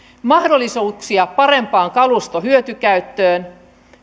mahdollisuuksia parempaan kaluston hyötykäyttöön